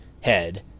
head